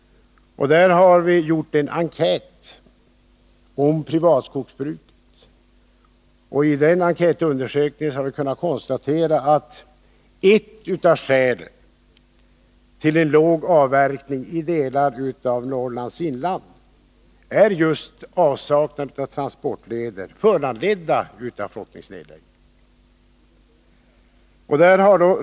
Här har gjorts en enkät om privatskogsbruket, varvid det konstaterats att ett av skälen till låg avverkning i vissa delar av Norrlands inland är just avsaknaden av transportleder, föranledd av nedläggning av flottleder.